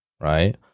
right